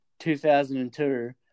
2002